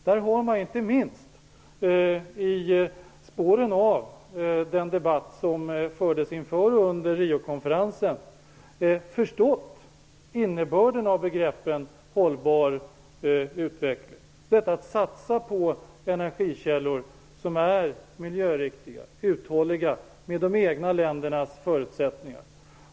Där har man, inte minst i spåren av den debatt som fördes inför och under Rio-konferensen, förstått innebörden av begreppen hållbar utveckling, detta att satsa på energikällor som är miljöriktiga och uthålliga, med de egna ländernas förutsättningar.